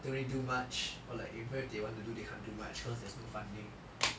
don't really do much or like even if they want to do they can't do much cause there's no funding